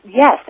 yes